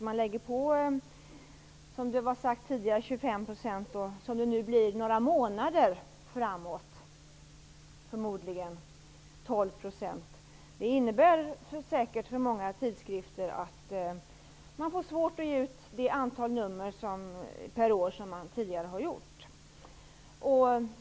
En momsbeläggning med 25 %, om också förmodligen under några månader framåt bara med 12 %, innebär säkerligen för många tidskrifter att de kommer att få svårt att ge ut samma antal nummer per år som tidigare.